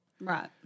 Right